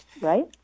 right